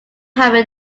having